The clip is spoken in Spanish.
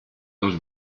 dos